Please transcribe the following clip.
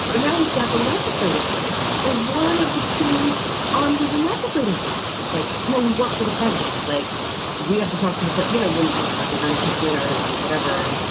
but now we've got the legislative branch or one of the two arms of the legislative branch just like, no, we work for the president. like we have to talk to the you know, when we're talking about impeachment or or whatever.